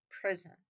prison